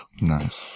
Nice